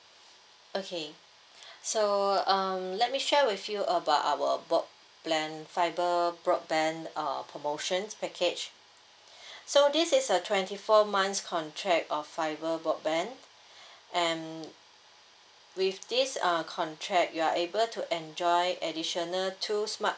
okay so um let me share with you about our fibre broadband uh promotions package so this is a twenty four months contract of fibre broadband and with this uh contract you are able to enjoy additional two smart